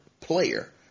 player